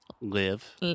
Live